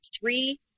three